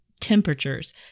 temperatures